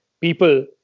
people